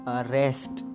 arrest